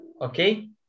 Okay